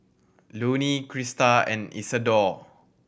Loney Crista and Isadore